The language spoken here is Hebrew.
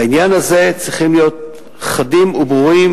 בעניין הזה צריכים להיות חדים וברורים,